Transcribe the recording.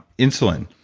insulin.